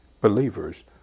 believers